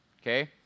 Okay